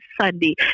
Sunday